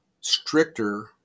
stricter